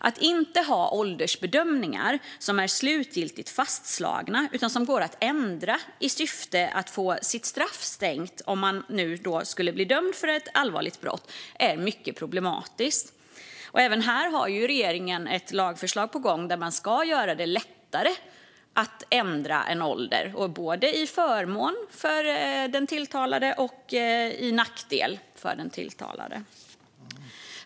Att inte ha åldersbedömningar som är slutgiltigt fastslagna utan som går att ändra i syfte att få straffet sänkt om man skulle bli dömd för ett allvarligt brott är mycket problematiskt. Här har regeringen ett lagförslag på gång för att göra det lättare att ändra någons ålder, både till förmån för en tilltalad och till nackdel för en tilltalad.